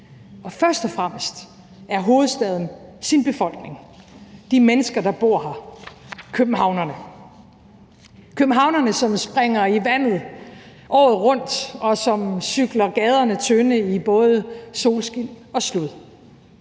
Og først og fremmest er hovedstaden sin befolkning, nemlig de mennesker, der bor her, københavnerne – københavnerne, som springer i vandet året rundt, og som cykler gaderne tynde i både solskin og slud.